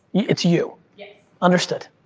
it's you? yes. understood.